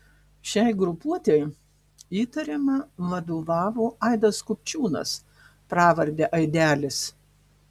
šiai grupuotei įtariama vadovavo aidas kupčiūnas pravarde aidelis